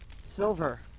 Silver